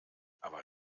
aber